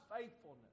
faithfulness